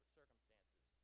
circumstances